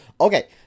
Okay